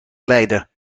leiden